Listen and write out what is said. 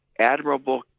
admirable